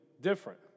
different